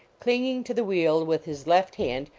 clinging to the wheel with his left hand,